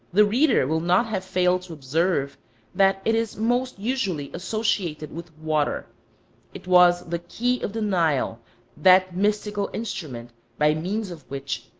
the reader will not have failed to observe that it is most usually associated with water it was the key of the nile that mystical instrument by means of which,